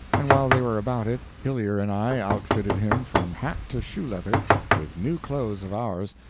and while they were about it hillyer and i outfitted him from hat to shoe-leather with new clothes of ours,